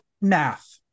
math